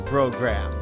Program